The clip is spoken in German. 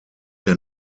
der